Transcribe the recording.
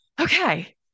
Okay